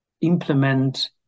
implement